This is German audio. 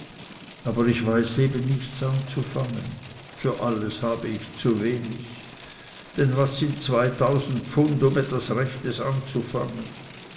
aber ich weiß eben nichts anzufangen für alles habe ich zu wenig denn was sind zweitausend pfund um etwas rechtes anzufangen